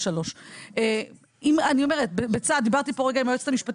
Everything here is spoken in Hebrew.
2023. דיברתי פה רגע עם היועצת המשפטית,